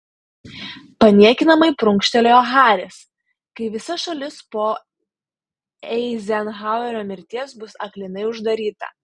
paniekinamai prunkštelėjo haris kai visa šalis po eizenhauerio mirties bus aklinai uždaryta